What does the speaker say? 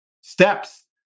steps